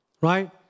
right